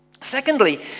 Secondly